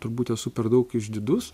turbūt esu per daug išdidus